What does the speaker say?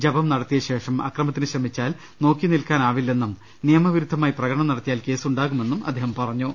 ജപം നടത്തിയശേഷം അക്രമത്തിന് ശ്രമിച്ചാൽ നോക്കിനിൽക്കാനാവി ല്ലെന്നും നിയമവിരുദ്ധമായി പ്രകടനം നടത്തിയാൽ കേസുണ്ടാകുമെന്നും അദ്ദേഹം പറഞ്ഞു